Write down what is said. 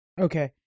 Okay